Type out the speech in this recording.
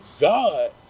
God